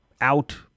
out